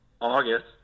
August